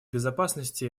безопасности